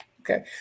Okay